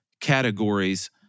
categories